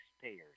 taxpayers